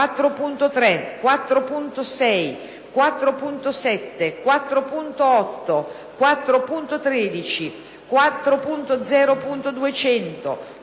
4.3, 4.6, 4.7, 4.8, 4.13, 4.0.200,